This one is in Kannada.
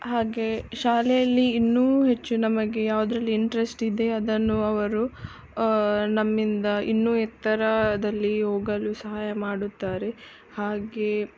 ಹಾಗೆ ಶಾಲೆಯಲ್ಲಿ ಇನ್ನು ಹೆಚ್ಚು ನಮಗೆ ಯಾವ್ದ್ರಲ್ಲಿ ಇಂಟ್ರಶ್ಟ್ ಇದೆ ಅದನ್ನು ಅವರು ನಮ್ಮಿಂದ ಇನ್ನೂ ಎತ್ತರದಲ್ಲಿ ಹೋಗಲು ಸಹಾಯ ಮಾಡುತ್ತಾರೆ ಹಾಗೆ